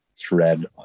thread